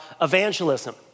evangelism